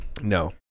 No